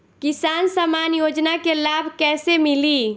किसान सम्मान योजना के लाभ कैसे मिली?